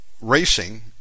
racing